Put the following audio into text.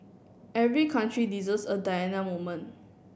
every country deserves a Diana moment